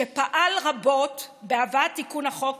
שפעל רבות בהבאת תיקון החוק